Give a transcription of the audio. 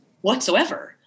whatsoever